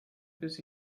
bis